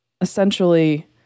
essentially